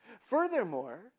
Furthermore